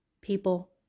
people